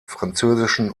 französischen